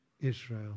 Israel